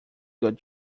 good